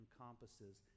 encompasses